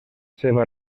seva